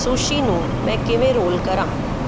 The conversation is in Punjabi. ਸੁਸ਼ੀ ਨੂੰ ਮੈਂ ਕਿਵੇਂ ਰੋਲ ਕਰਾਂ